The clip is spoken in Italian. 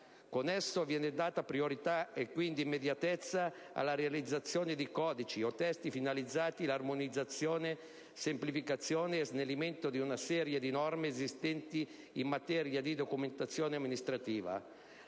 Con esso viene data priorità e quindi immediatezza alla realizzazione di codici o testi unici finalizzati all'armonizzazione, semplificazione e snellimento di una serie di norme esistenti in materia di documentazione amministrativa.